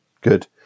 good